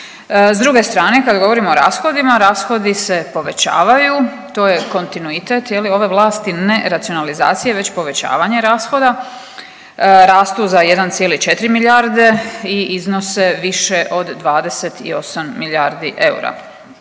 S druge strane kad govorimo o rashodima, rashodi se povećavaju. To je kontinuitet je li ove vlasti ne racionalizacija već povećavanje rashoda. Rastu za 1,4 milijarde i iznose više od 28 milijardi eura.